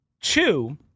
Two